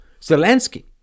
Zelensky